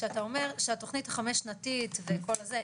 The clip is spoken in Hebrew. שאתה אומר תוכנית חמש שנתית וכל הזה,